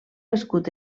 escut